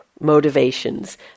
motivations